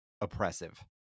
oppressive